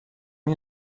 این